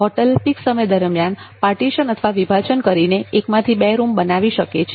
hotel peak સમય દરમિયાન partition અથવા વિભાજન કરીને એકમાંથી બે રૂમ બનાવી શકે છે